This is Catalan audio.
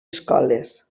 escoles